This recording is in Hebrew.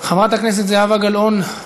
חברת הכנסת זהבה גלאון,